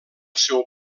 seu